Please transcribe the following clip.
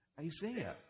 Isaiah